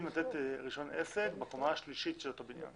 לתת רישיון עסק בקומה השלישית של אותו בניין.